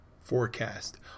forecast